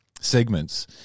segments